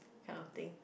kind of thing